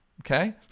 Okay